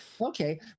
okay